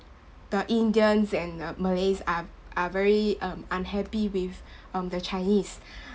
the indians and um malays are are very um unhappy with um the chinese